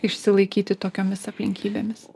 išsilaikyti tokiomis aplinkybėmis